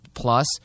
Plus